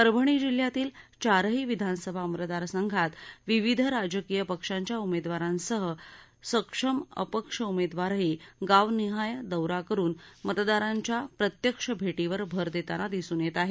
परभणी जिल्ह्यातील चारही विधानसभा मतदार संघात विविध राजकीय पक्षांच्या उमेदवारांसह अपक्ष उमेदवारही गावनिहाय दौरा करुन मतदारांच्या प्रत्यक्ष भेटीवर भर देतांना दिसून येत आहेत